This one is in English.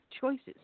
choices